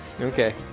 Okay